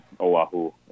Oahu